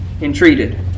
entreated